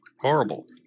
horrible